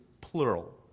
plural